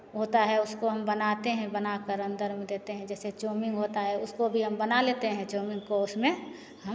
होता है उसको हम बनाते हैं बनाकर अंदर में देते हैं जैसे चाउमिन होता है उसको भी हम बना लेते हैं चाउमिन को उसमें हम